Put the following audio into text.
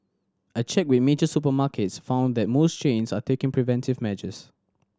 a check with major supermarkets found that most chains are taking preventive measures